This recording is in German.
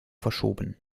verschoben